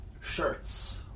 Shirts